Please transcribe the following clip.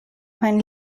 mein